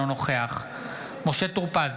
אינו נוכח משה טור פז,